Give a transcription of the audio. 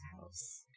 house